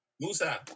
Musa